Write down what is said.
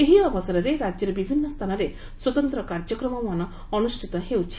ଏହି ଅବସରରେ ରାକ୍ୟର ବିଭିନ୍ନ ସ୍ଥାନରେ ସ୍ୱତନ୍ତ କାର୍ଯ୍ୟକ୍ରମମାନ ଅନୁଷିତ ହୋଇଛି